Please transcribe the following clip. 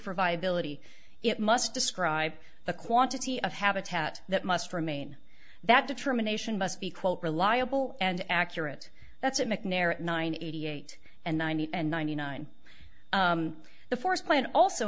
for viability it must describe the quantity of habitat that must remain that determination must be quote reliable and accurate that's at mcnair at nine eighty eight and ninety and ninety nine the forest plan also